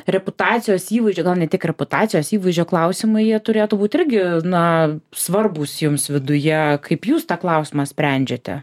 reputacijos įvaizdžio gal ne tiek reputacijos įvaizdžio klausimai jie turėtų būt irgi na svarbūs jums viduje kaip jūs tą klausimą sprendžiate